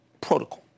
Protocol